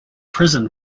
prison